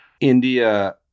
India